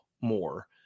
more